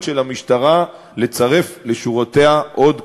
של המשטרה לצרף לשורותיה עוד כוח-אדם,